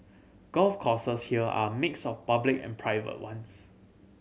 golf courses here are a mix of public and private ones